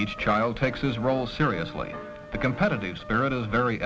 each child takes his role seriously the competitive spirit is very